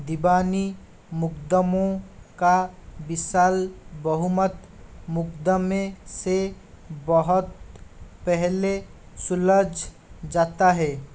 दीवानी मुक़दमे का विशाल बहुमत मुक़दमे से बहुत पहले सुलझ जाता है